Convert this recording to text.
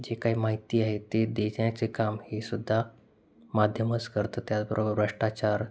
जे काही माहिती आहे ते देण्याचे काम हेसुद्धा माध्यमच करतं त्याचबरोबर भ्रष्टाचार